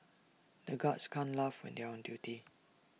the guards can't laugh when they are on duty